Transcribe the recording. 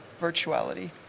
virtuality